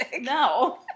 No